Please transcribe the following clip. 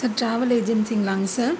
sir travel ஏஜென்சிங்களா sir